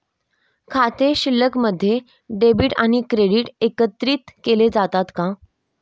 खाते शिल्लकमध्ये डेबिट आणि क्रेडिट एकत्रित केले जातात का?